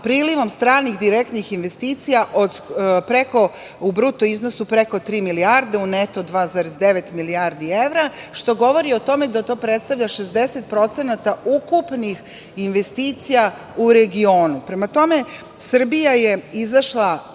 prilivom stranih direktnih investicija u bruto iznosu od preko tri milijarde, u neto 2,9 milijardi evra, što govori o tome da to predstavlja 60% ukupnih investicija u regionu. Prema tome, Srbija je izašla